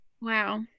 wow